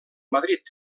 madrid